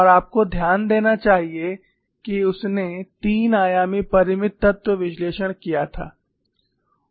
और आपको ध्यान देना चाहिए कि उसने तीन आयामी परिमित तत्व विश्लेषण किया था